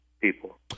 people